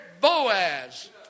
Boaz